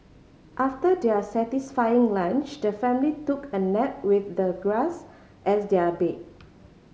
after their satisfying lunch the family took a nap with the grass as their bed